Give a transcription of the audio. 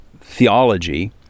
theology